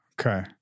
Okay